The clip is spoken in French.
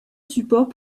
support